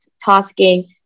tasking